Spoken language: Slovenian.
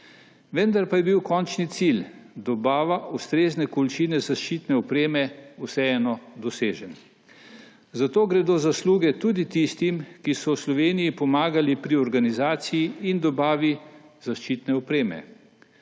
Vendar pa je bil končni cilj, dobava ustrezne količine zaščitne opreme, vseeno dosežen. Za to gredo zasluge tudi tistim, ki so v Sloveniji pomagali pri organizaciji in dobavi zaščitne opreme.